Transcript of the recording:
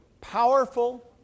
powerful